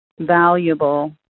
valuable